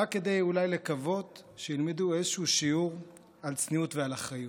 רק כדי אולי לקוות שילמדו איזשהו שיעור על צניעות ועל אחריות.